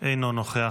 אינו נוכח.